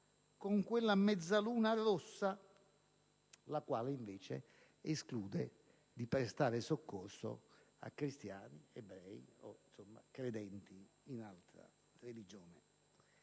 con quella Mezzaluna Rossa la quale, invece, esclude la possibilità di prestare soccorso a cristiani, ebrei e credenti in altre religioni.